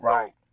Right